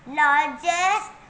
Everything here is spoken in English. largest